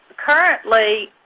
currently,